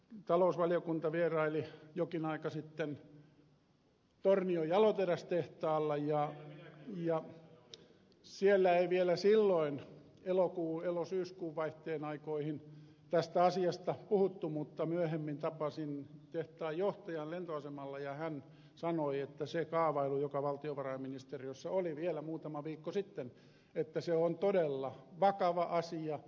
talousvaliokunta vieraili jokin aika sitten tornion jaloterästehtaalla ja siellä ei vielä silloin elosyyskuun vaihteen aikoihin tästä asiasta puhuttu mutta myöhemmin tapasin tehtaan johtajan lentoasemalla ja hän sanoi että se kaavailu joka valtiovarainministeriössä oli vielä muutama viikko sitten on todella vakava asia